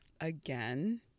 again